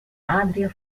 adria